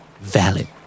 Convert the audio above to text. Valid